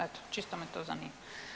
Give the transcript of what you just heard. Eto, čisto me to zanima.